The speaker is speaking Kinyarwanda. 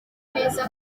neza